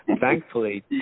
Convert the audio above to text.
thankfully